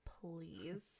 please